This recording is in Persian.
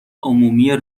عمومی